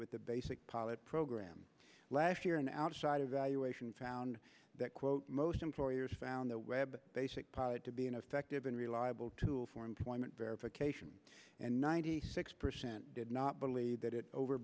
with the basic pilot program last year an outside evaluation found that quote most employers found the web to be an effective and reliable tool for employment verification and ninety six percent did not believe that it